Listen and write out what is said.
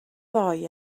ddoe